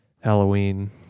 Halloween